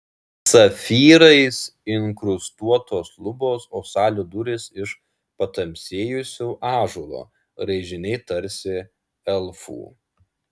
safyrais inkrustuotos lubos o salių durys iš patamsėjusio ąžuolo raižiniai tarsi elfų